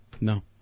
No